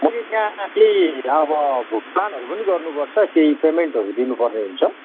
मैले त्यहाँ चाहिँ अब भुक्तानहरू पनि गर्नुपर्छ केही पेमेन्टहरू दिनुपर्ने हुन्छ